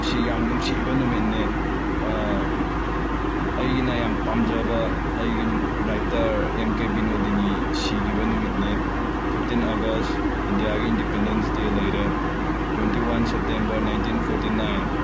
ꯑꯁꯤ ꯌꯥꯝ ꯅꯨꯃꯤꯠꯅꯦ ꯑꯩꯅ ꯌꯥꯝ ꯄꯥꯝꯖꯕ ꯑꯩꯒꯤ ꯔꯥꯏꯇꯔ ꯑꯦꯝ ꯀꯦ ꯕꯤꯅꯣꯗꯤꯅꯤ ꯁꯤꯈꯤꯕ ꯅꯨꯃꯤꯠꯅꯦ ꯐꯤꯞꯇꯤꯟ ꯑꯒꯁ ꯏꯟꯗꯤꯌꯥꯒꯤ ꯏꯟꯗꯤꯄꯦꯟꯗꯦꯟꯁ ꯗꯦ ꯂꯩꯔꯦ twenty one September nineteen forty nine